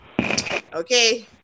Okay